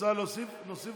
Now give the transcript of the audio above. רוצה שנוסיף אותך?